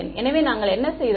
எனவே நாங்கள் என்ன செய்தோம்